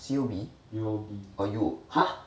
C_O_B oh U !huh!